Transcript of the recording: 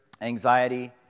anxiety